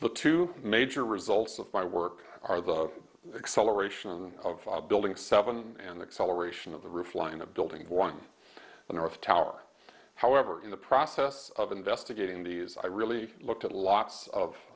the two major results of my work are the acceleration of building seven and the acceleration of the roof line of building one the north tower however in the process of investigating the use i really looked at lots of